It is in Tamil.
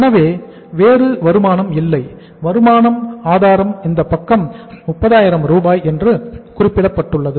எனவே வேறு வருமானம் இல்லை வருமான ஆதாரம் இந்த பக்கம் 30 ஆயிரம் ரூபாய் என்று குறிப்பிடப்பட்டுள்ளது